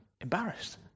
embarrassed